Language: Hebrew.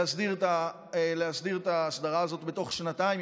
להסדיר את ההסדרה הזאת בתוך שנתיים,